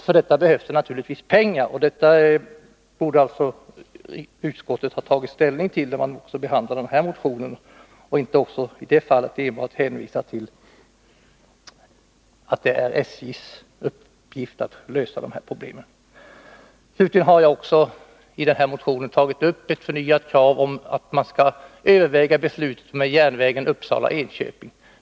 För detta behövs det naturligtvis pengar, vilket utskottet borde ha tagit ställning till när man där behandlade den här motionen i stället för att också i det fallet enbart hänvisa till att det är SJ:s uppgift att lösa problemen. I motionen har jag slutligen tagit upp ett förnyat krav på att man skall överväga återupptagande av trafik på den nedlagda bandelen Uppsala—Enköping.